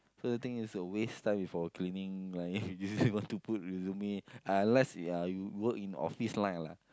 so the thing is a waste time for cleaning line if you want to put resume unless uh you work in office line lah